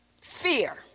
fear